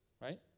Right